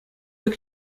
пек